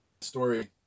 story